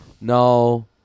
no